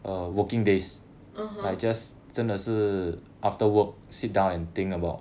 (uh huh)